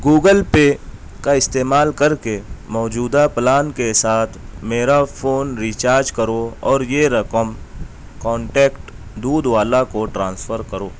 Google Pay کا استعمال کر کے موجودہ پلان کے ساتھ میرا فون ریچارج کرو اور یہ رقم کانٹیکٹ دودھ والا کو ٹرانسفر کرو